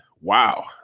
Wow